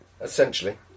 essentially